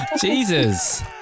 Jesus